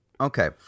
okay